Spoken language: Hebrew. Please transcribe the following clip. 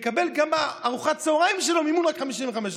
מקבל גם לארוחת הצוהריים מימון רק של 55%?